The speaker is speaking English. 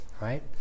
Right